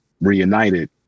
reunited